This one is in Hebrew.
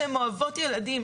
שהן אוהבות ילדים,